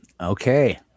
Okay